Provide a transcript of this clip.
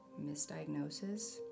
Misdiagnosis